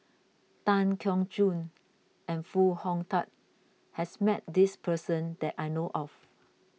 Tan Keong Choon and Foo Hong Tatt has met this person that I know of